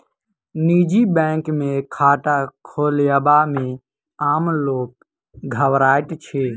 निजी बैंक मे खाता खोलयबा मे आम लोक घबराइत अछि